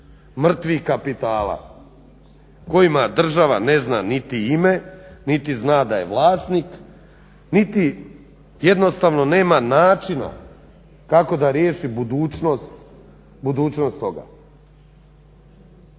mrtvih kapitala kojima država ne zna niti ime niti zna da je vlasnik niti jednostavno nema načina kako da riješi budućnost toga.